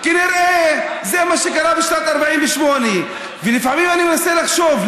כנראה זה מה שקרה בשנת 48'. לפעמים אני מנסה לחשוב,